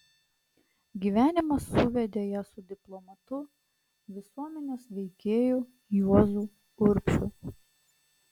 gyvenimas suvedė ją su diplomatu visuomenės veikėju juozu urbšiu